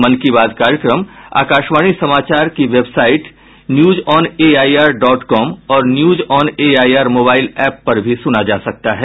मन की बात कार्यक्रम आकाशवाणी समाचार की वेबसाइट न्यूजऑनएआईआर डॉट कॉम और न्यूजऑनएआईआर मोबाईल एप पर भी सुना जा सकता है